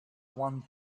one